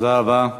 תודה רבה.